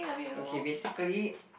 okay basically